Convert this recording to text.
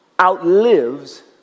outlives